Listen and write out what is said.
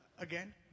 Again